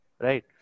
right